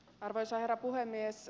arvoisa herra puhemies